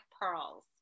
pearls